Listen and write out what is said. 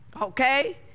Okay